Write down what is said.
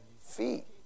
feet